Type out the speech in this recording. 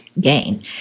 gain